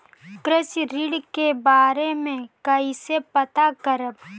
कृषि ऋण के बारे मे कइसे पता करब?